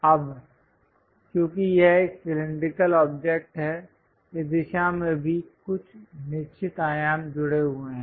अब क्योंकि यह एक सिलैंडरिकल ऑब्जेक्ट है इस दिशा में भी कुछ निश्चित आयाम जुड़े हुए हैं